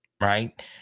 Right